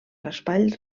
raspall